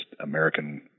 American